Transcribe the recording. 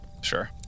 Sure